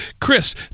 Chris